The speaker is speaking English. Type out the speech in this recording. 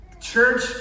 Church